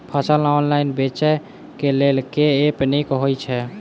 फसल ऑनलाइन बेचै केँ लेल केँ ऐप नीक होइ छै?